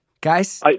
Guys